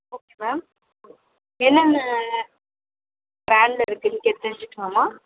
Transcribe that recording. okay ma'am என்னென்ன ரேஞ்ஜில் இருக்குதுன்னு கேட்டு தெரிஞ்சிக்கலாமா